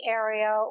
area